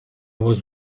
was